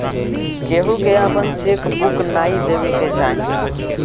केहू के आपन चेक बुक नाइ देवे के चाही